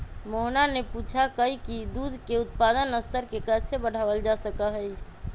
मोहना ने पूछा कई की दूध के उत्पादन स्तर के कैसे बढ़ावल जा सका हई?